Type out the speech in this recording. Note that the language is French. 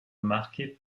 marquée